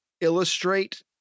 illustrate